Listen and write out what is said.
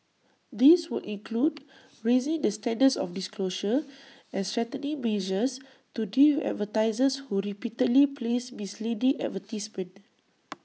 this would include raising the standards of disclosure and strengthening measures to deal advertisers who repeatedly place misleading advertisements